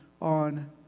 on